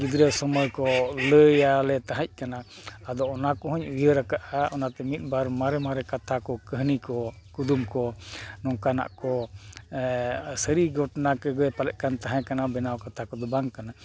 ᱜᱤᱫᱽᱨᱟᱹ ᱥᱚᱢᱚᱭ ᱠᱚ ᱞᱟᱹᱭ ᱟᱞᱮ ᱛᱟᱦᱮᱸᱜ ᱠᱟᱱᱟ ᱟᱫᱚ ᱚᱱᱟ ᱠᱚᱦᱚᱸᱧ ᱩᱭᱦᱟᱹᱨ ᱟᱠᱟᱫᱼᱟ ᱚᱱᱟᱛᱮ ᱢᱤᱫ ᱵᱟᱨ ᱢᱟᱨᱮ ᱢᱟᱨᱮ ᱠᱟᱛᱷᱟ ᱠᱚ ᱠᱟᱹᱦᱱᱤ ᱠᱚ ᱠᱩᱫᱩᱢ ᱠᱚ ᱱᱚᱝᱠᱟᱱᱟᱜ ᱠᱚ ᱥᱟᱹᱨᱤ ᱜᱷᱚᱴᱱᱟ ᱪᱮᱫ ᱞᱮᱠᱟ ᱛᱟᱦᱮᱸ ᱠᱟᱱᱟ ᱵᱮᱱᱟᱣ ᱠᱟᱛᱷᱟ ᱠᱚᱫᱚ ᱵᱟᱝ ᱠᱟᱱᱟ